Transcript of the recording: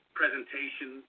presentation